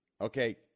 okay